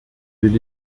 will